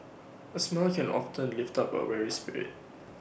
A smile can often lift up A weary spirit